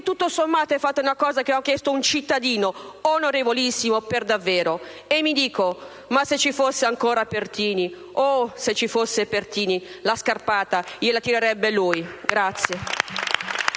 tutto sommato fate una cosa che v'ha chiesto un cittadino onorevolissimo per davvero. E mi dico... ma se ci fosse ancora Pertini... oooh se ce fosse Pertini... la scarpata gliela tirerebbe lui!!»